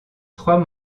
trois